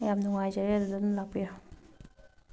ꯌꯥꯝ ꯅꯨꯡꯉꯥꯏꯖꯔꯦ ꯑꯗꯨꯗ ꯑꯗꯨꯝ ꯂꯥꯛꯄꯤꯔꯣ